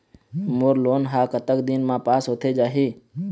मोर loan हा कतक दिन मा पास होथे जाही?